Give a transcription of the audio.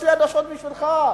יש לי חדשות בשבילך,